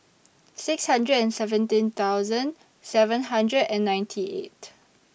six hundred and seventeen thousand seven hundred and ninety eight